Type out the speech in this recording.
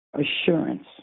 Assurance